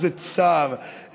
איזה צער,